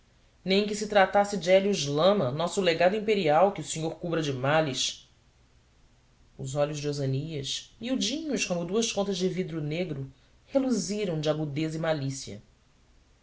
nem que se tratasse de élio lama nosso legado imperial que o senhor cubra de males os olhos de osânias miudinhos como duas contas de vidro negro reluziram de agudeza e malícia